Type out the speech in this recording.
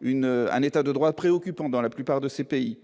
une un état de droit préoccupant dans la plupart de ces pays,